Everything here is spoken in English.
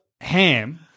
ham